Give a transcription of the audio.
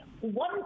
one